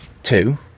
Two